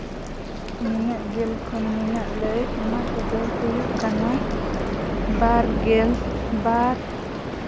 ᱱᱩᱱᱟᱹᱜ ᱜᱮᱞ ᱠᱷᱚᱱ ᱱᱩᱱᱟᱹᱜ ᱞᱟᱹᱭ ᱚᱱᱟ ᱠᱚᱫᱚ ᱦᱩᱭᱩᱜ ᱠᱟᱱᱟ ᱵᱟᱨ ᱜᱮᱞ ᱵᱟᱨ